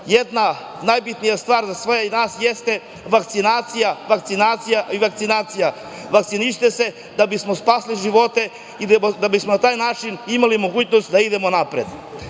Jedan najbitnija stvar za sve nas jeste vakcinacija, vakcinacija i vakcinacija. Vakcinišite se da bismo spasili živote i da bi smo na taj način imali mogućnost da idemo napred. Ja